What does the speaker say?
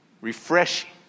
refreshing